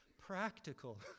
practical